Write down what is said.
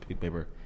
paper